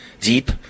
deep